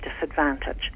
disadvantage